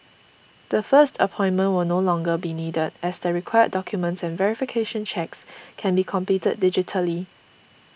the first appointment will no longer be needed as the required documents and verification checks can be completed digitally